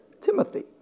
Timothy